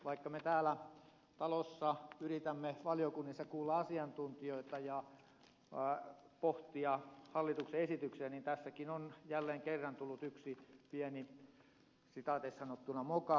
vaikka me täällä talossa yritämme valiokunnissa kuulla asiantuntijoita ja pohtia hallituksen esityksiä tässäkin on jälleen kerran tullut yksi pieni moka